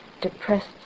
depressed